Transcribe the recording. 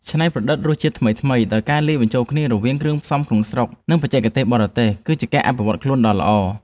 ច្នៃប្រឌិតរសជាតិថ្មីៗដោយការលាយបញ្ចូលគ្នារវាងគ្រឿងផ្សំក្នុងស្រុក និងបច្ចេកទេសបរទេស គឺជាការអភិវឌ្ឍខ្លួនដ៏ល្អ។